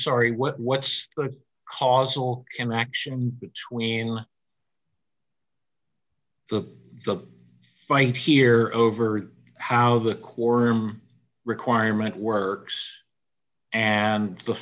sorry what what's the causal interaction between the the fight here over how the quorum requirement works and the